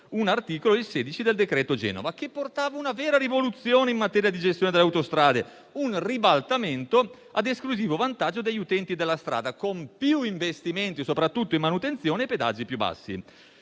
l'articolo 16 del citato provvedimento, che ha apportato una vera rivoluzione in materia di gestione delle autostrade, un ribaltamento ad esclusivo vantaggio degli utenti della strada, con più investimenti soprattutto in manutenzione e pedaggi più bassi.